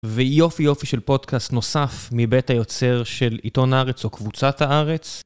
ויופי יופי של פודקאסט נוסף מבית היוצר של עיתון הארץ או קבוצת הארץ.